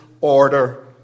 order